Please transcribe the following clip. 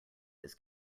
his